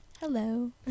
hello